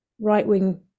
right-wing